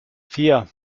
vier